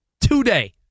Today